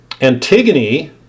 Antigone